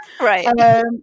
Right